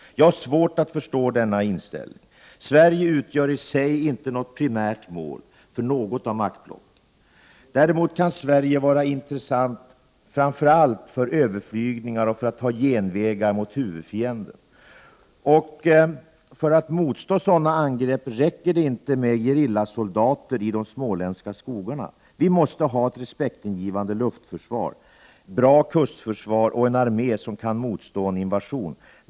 Jag har svårt att förstå denna inställning. Sverige utgör i sig inte något primärt mål för något av maktblocken. Däremot kan Sverige vara intressant framför allt för överflygningar och som att användas som genväg mot huvudfienden. För att motstå sådana angrepp räcker det inte med gerillasoldater i de småländska skogarna. Vi måste ha ett respektingivande luftförsvar, bra kustförsvar och en armé som kan motstå en invasion.